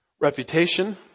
reputation